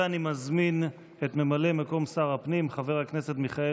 אני מזמין את ממלא מקום שר הפנים חבר הכנסת מיכאל